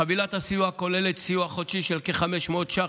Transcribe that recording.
חבילת הסיוע כוללת סיוע חודשי של כ-500 ש"ח,